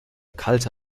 kalte